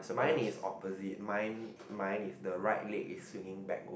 mine is opposite mine mine is the right leg is swinging backward